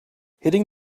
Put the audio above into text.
hitting